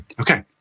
Okay